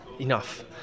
enough